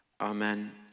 amen